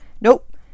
Nope